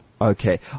Okay